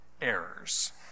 errors